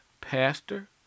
Pastor